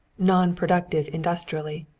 non-productive industrially,